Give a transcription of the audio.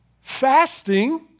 Fasting